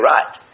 Right